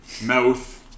mouth